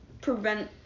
prevent